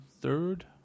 third